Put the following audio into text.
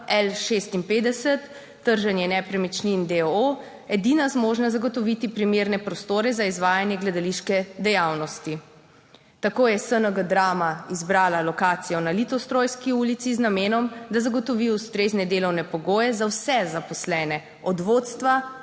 L56. (trženje nepremičnin) edina zmožna zagotoviti primerne prostore za izvajanje gledališke dejavnosti. Tako je SNG Drama izbrala lokacijo na Litostrojski ulici z namenom, da zagotovi ustrezne delovne pogoje za vse zaposlene od vodstva,